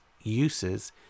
uses